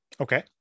okay